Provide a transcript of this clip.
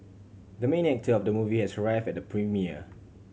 the main actor of the movie has arrived at the premiere